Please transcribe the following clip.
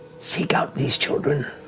seek out these children